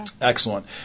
Excellent